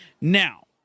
Now